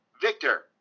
Victor